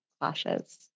clashes